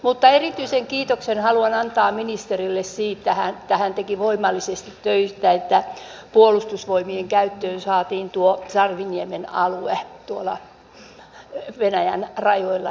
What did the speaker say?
mutta erityisen kiitoksen haluan antaa ministerille siitä että hän teki voimallisesti töitä että puolustusvoimien käyttöön saatiin sarviniemen alue tuolla venäjän rajoilla